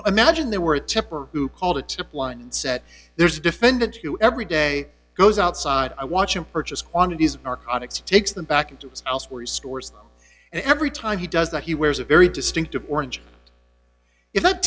know imagine there were a temper who called a tip line and said there's a defendant you every day goes outside i watch him purchase quantities narcotics takes them back into his house where he stores and every time he does that he wears a very distinctive orange i